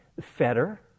Fetter